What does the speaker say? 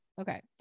Okay